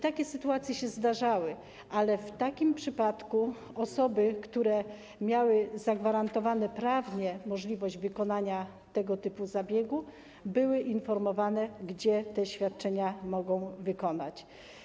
Takie sytuacje się zdarzały, ale w takim przypadku osoby, które miały prawnie zagwarantowaną możliwość wykonania tego typu zabiegu, były informowane, gdzie te świadczenia mogą zostać wykonane.